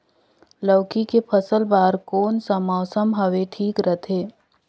लौकी के फसल बार कोन सा मौसम हवे ठीक रथे?